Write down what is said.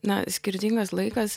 na skirtingas laikas